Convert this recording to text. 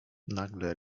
nagle